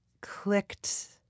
clicked